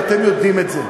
ואתם יודעים את זה,